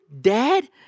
dad